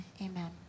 Amen